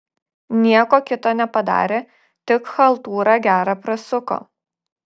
nieko kito nepadarė tik chaltūrą gerą prasuko